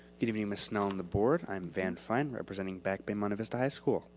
good evening ms. snell and the board. i am van fine representing back bay monte vista high school